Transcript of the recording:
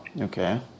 okay